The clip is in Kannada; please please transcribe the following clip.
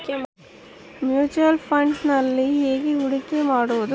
ಮ್ಯೂಚುಯಲ್ ಫುಣ್ಡ್ನಲ್ಲಿ ಹೇಗೆ ಹೂಡಿಕೆ ಮಾಡುವುದು?